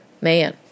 man